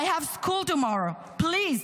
I have school tomorrow, please,